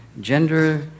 gender